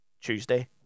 Tuesday